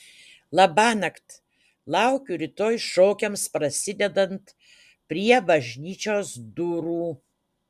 labanakt laukiu rytoj šokiams prasidedant prie bažnyčios durų